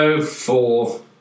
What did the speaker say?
four